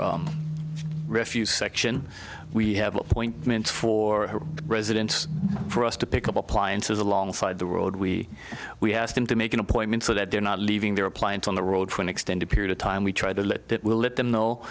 refuse section we have appointments for residents for us to pick up appliances alongside the road we we ask them to make an appointment so that they're not leaving their appliance on the road for an extended period of time we try to let that we'll let them know